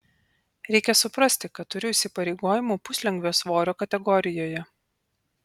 reikia suprasti kad turiu įsipareigojimų puslengvio svorio kategorijoje